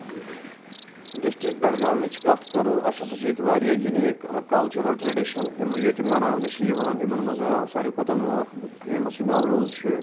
district بڈگامٕچ کَتھ کرو اَسہِ ہسا چھُ ییٚتہِ واریاہ یُنیٖک کَلچر تہٕ ٹریڈِشن یِم مَناونہٕ چھِ یِوان یِمن منٛز ساروے کھۄتہٕ فیمَس چھُ نوروز چھُ